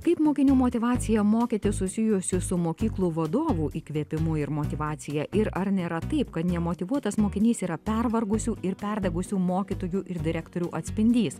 kaip mokinių motyvaciją mokytis susijusi su mokyklų vadovų įkvėpimu ir motyvacija ir ar nėra taip kad nemotyvuotas mokinys yra pervargusių ir perdegusių mokytojų ir direktorių atspindys